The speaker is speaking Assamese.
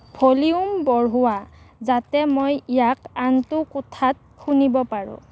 ভলিউম বঢ়োৱা যাতে মই ইয়াক আনটো কোঠাত শুনিব পাৰোঁ